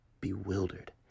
bewildered